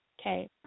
Okay